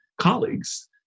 colleagues